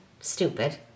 Stupid